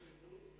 במהירות,